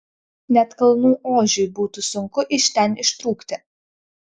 net kalnų ožiui būtų sunku iš ten ištrūkti